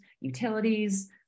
utilities